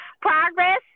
progress